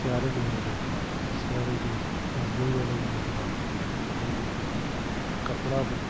सिआरे में ई मिलंदो आहे सिआरे जो पंहिंजो ई अलॻि मज़ो आहे उन में तव्हां कपिड़ा बि